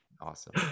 Awesome